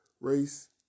race